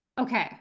okay